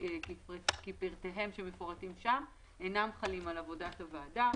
וכפרטיהם שמפורטים שם אינם חלים על עבודת הוועדה.